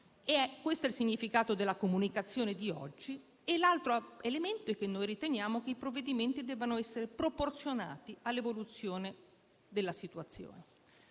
(questo è il significato della comunicazione di oggi). L'altro elemento è che noi riteniamo che i provvedimenti debbano essere proporzionati all'evoluzione della situazione.